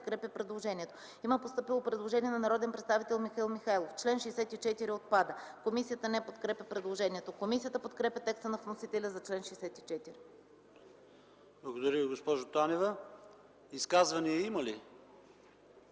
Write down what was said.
Има постъпило предложение на народния представител Михаил Михайлов: член 64 отпада. Комисията не подкрепя предложението. Комисията подкрепя текста на вносителя за чл. 64. ПРЕДСЕДАТЕЛ ПАВЕЛ ШОПОВ: Благодаря Ви, госпожо Танева. Изказвания има ли?